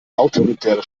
autoritäre